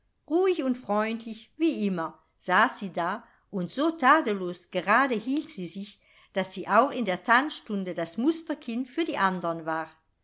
ruhig und freundlich wie immer saß sie da und so tadellos gerade hielt sie sich daß sie auch in der tanzstunde das musterkind für die andern war